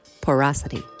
porosity